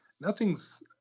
nothing's